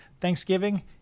Thanksgiving